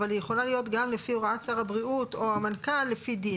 אבל הוא יכול להיות גם לפי הוראת שר הבריאות או המנכ"ל לפי דין,